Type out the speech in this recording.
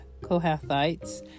Kohathites